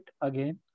again